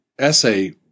essay